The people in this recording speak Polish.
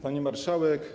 Pani Marszałek!